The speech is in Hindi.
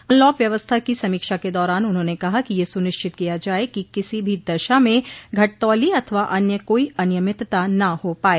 अनलॉक व्यवस्था की समीक्षा के दौरान उन्होंने कहा कि यह सुनिश्चित किया जाए कि किसी भी दशा में घटतौली अथवा अन्य कोई अनियमितता न हो पाए